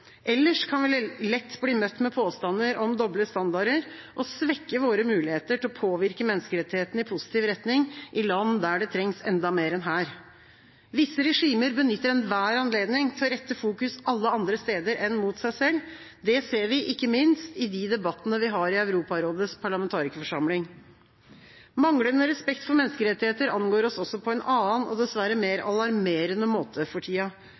Ellers kan vi lett bli møtt med påstander om doble standarder og svekke våre muligheter til å påvirke menneskerettighetene i positiv retning i land der det trengs enda mer enn her. Visse regimer benytter enhver anledning til å rette fokus alle andre steder enn mot seg selv. Det ser vi ikke minst i de debattene vi har i Europarådets parlamentarikerforsamling. Manglende respekt for menneskerettigheter angår oss også på en annen og dessverre mer alarmerende måte for tida.